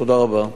תודה רבה.